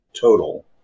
total